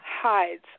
hides